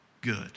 Good